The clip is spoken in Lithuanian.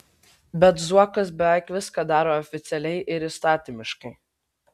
bet zuokas beveik viską daro oficialiai ir įstatymiškai